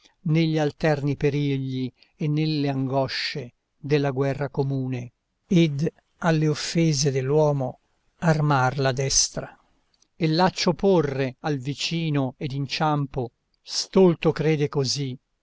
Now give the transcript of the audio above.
negli alterni perigli e nelle angosce della guerra comune ed alle offese dell'uomo armar la destra e laccio porre al vicino ed inciampo stolto crede così